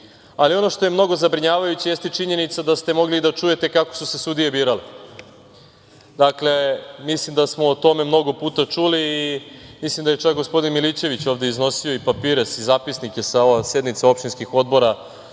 ulici. Ono što je mnogo zabrinjavajuće jeste činjenica da ste mogli da čujete kako su se sudije birale. Mislim da smo o tome mnogo puta čuli i mislim da je čak gospodin, Milićeviće ovde iznosio i papire i zapisnike sa sednica opštinskih odbora